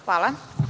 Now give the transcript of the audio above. Hvala.